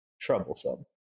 troublesome